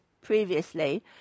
previously